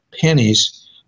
pennies